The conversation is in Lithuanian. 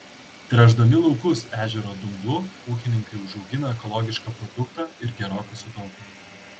tręšdami laukus ežero dumblu ūkininkai užaugina ekologišką produktą ir gerokai sutaupo